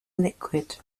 liquid